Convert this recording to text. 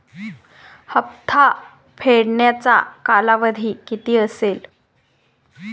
हप्ता फेडण्याचा कालावधी किती असेल?